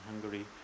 Hungary